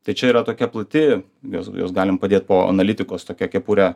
tai čia yra tokia plati juos juos galim padėt po analitikos tokia kepure